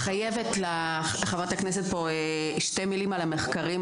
חייבת לחברת הכנסת פה שתי מילים על המחקרים,